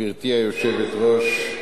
גברתי היושבת-ראש,